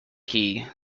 key